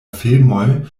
filmoj